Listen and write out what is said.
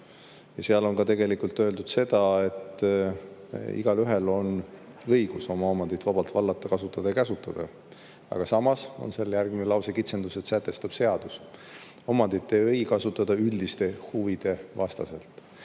seal on tegelikult öeldud ka seda, et "igaühel on õigus enda omandit vabalt vallata, kasutada ja käsutada"; aga samas on seal järgmised laused: "Kitsendused sätestab seadus. Omandit ei tohi kasutada üldiste huvide vastaselt."